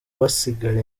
basigara